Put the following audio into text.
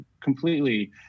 completely